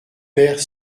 père